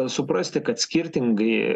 suprasti kad skirtingai